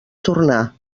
tornar